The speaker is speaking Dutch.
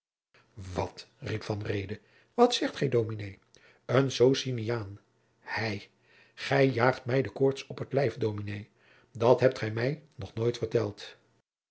wat riep van reede wat zegt gij dominé een sociniaan hij gij jaagt mij de koorts op t lijf dominé dat hebt gij mij nog nooit verteld